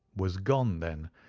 was gone, then,